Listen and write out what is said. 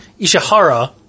Ishihara